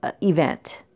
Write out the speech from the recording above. event